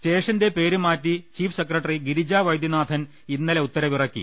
സ്റ്റേഷന്റെ പേര് മാറ്റി ചീഫ് സെക്രട്ടറി ഗിരിജാ വൈദ്യനാഥൻ ഇന്നലെ ഉത്തരവിറക്കി